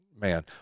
man